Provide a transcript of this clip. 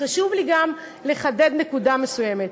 חשוב לי גם לחדד נקודה מסוימת: